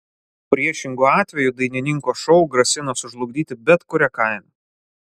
priešingu atveju dainininko šou grasina sužlugdyti bet kuria kaina